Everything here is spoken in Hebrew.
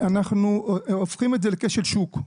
אנחנו הופכים את זה לכשל שוק.